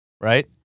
Right